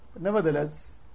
Nevertheless